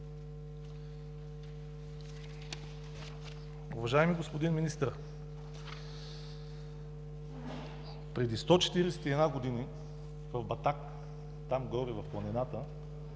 Уважаеми господин Министър, преди 141 години в Батак, там горе в планината,